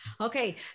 Okay